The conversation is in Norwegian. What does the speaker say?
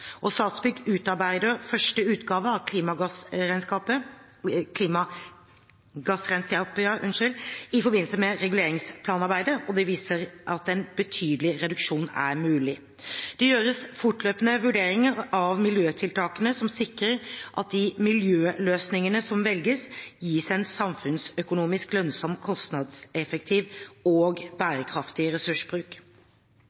livsløp. Statsbygg utarbeider første utgave av klimagassregnskapet i forbindelse med reguleringsplanarbeidet, og det viser at en betydelig reduksjon er mulig. Det gjøres fortløpende vurderinger av miljøtiltakene som sikrer at de miljøløsningene som velges, gir en samfunnsøkonomisk lønnsom, kostnadseffektiv og